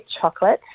chocolate